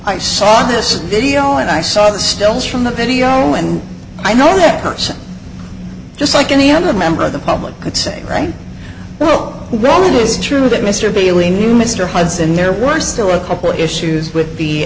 i saw this video and i saw the stills from the video and i know that person just like any other member of the public could say oh well it is true that mr bailey knew mr hudson there were still a couple of issues with the